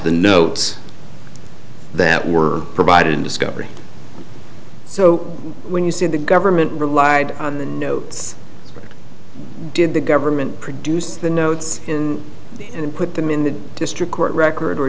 the notes that were provided in discovery so when you say the government relied on the notes did the government produce the notes in and put them in the district court record or